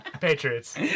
Patriots